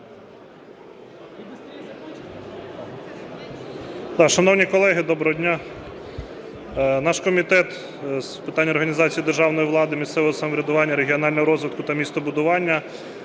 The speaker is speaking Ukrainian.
Шановні колеги, Комітет з організації державної влади, місцевого самоврядування, регіонального розвитку та містобудування